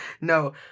No